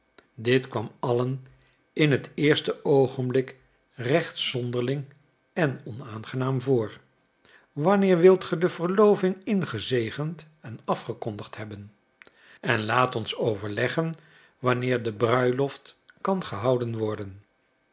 dit kwam allen in het eerste oogenblik recht zonderling en onaangenaam voor wanneer wilt ge de verloving ingezegend en afgekondigd hebben en laat ons overleggen wanneer de bruiloft kan gehouden worden